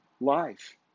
life